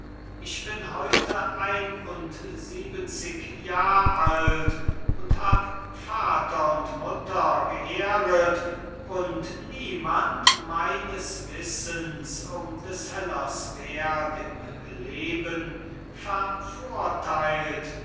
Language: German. ich bin heute ein und siebenzig jahr alt und hab vater und mutter geehret und niemand meines wissens um des hellers werth im leben